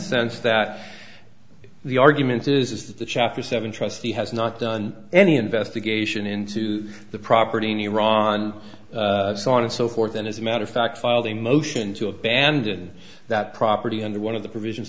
sense that the argument is that the chapter seven trustee has not done any investigation into the property in iran so on and so forth and as a matter of fact filed a motion to abandon that property under one of the provisions